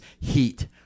Heat